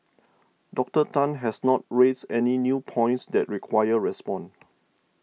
Doctor Tan has not raised any new points that require response